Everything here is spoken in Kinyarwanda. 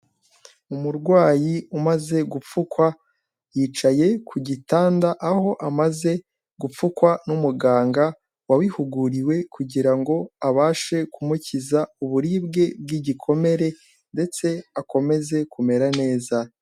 Umurwayi umaze gupfukwa, yicaye ku gitanda, aho amaze gupfukwa n'umuganga wabihuguriwe, kugira ngo abashe kumukiza uburibwe bw'igikomere ndetse akomeze kumera neza.